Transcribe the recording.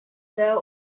deuh